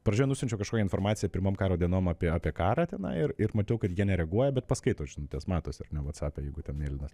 pradžioj nusiunčiau kažkokią informaciją pirmom karo dienom apie apie karą tenai ir ir matau kad jie nereaguoja bet paskaito žinutes matosi ar vacape jeigu ten mėlynas